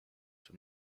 czy